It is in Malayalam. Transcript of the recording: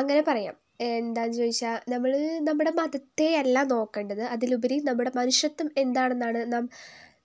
അങ്ങനെ പറയാം എന്താണെന്ന് ചോദിച്ചാൽ നമ്മൾ നമ്മുടെ മതത്തെയല്ല നോക്കേണ്ടത് അതിലുപരി നമ്മുടെ മനുഷ്യത്വം എന്താണെന്നാണ് നാം